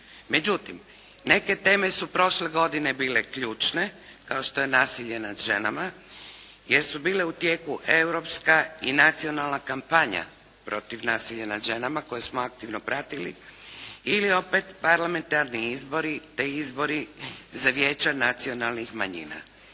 Međutim, neke teme su prošle godine bile ključne kao što je nasilje nad ženama jer su bile u tijeku europska i nacionalna kampanja protiv nasilja nad ženama koje smo aktivno pratili ili opet parlamentarni izbori te izbori za vijeća nacionalnih manjina.